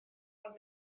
gofal